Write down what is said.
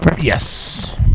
Yes